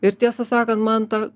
ir tiesą sakant man ta